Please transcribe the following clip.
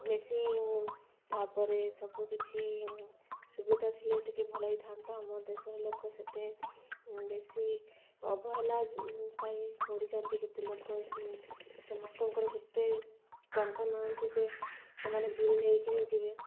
machine ତାପରେ ସବୁକିଛି ସୁବିଧା ଥିଲେ ଟିକେ ଭଲ ହୋଇଥାନ୍ତା ଆମ ଦେଶର ଲୋକ ସେତେ ବେଶୀ ଅବହେଲା ପାଇଁ ମରିଯାଆନ୍ତି କେତେ ଲୋକ ସମସ୍ତଙ୍କର ସେତେ ଟଙ୍କା ନାହାନ୍ତି ଯେ ସେମାନେ ଦୂରେ ନେଇକିରି ଯିବେ